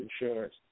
insurance